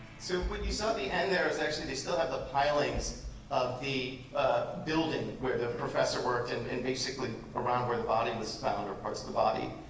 so when you saw and there as actually they still have the pilings of the building where the professor worked and and basically around where the body was found or parts of the body.